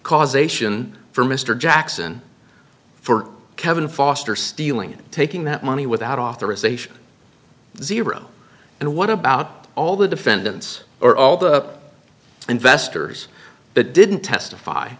causation for mr jackson for kevin foster stealing it taking that money without authorization zero and what about all the defendants or all the investors that didn't testify